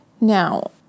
Now